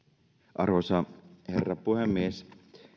arvoisa herra puhemies